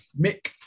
Mick